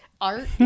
art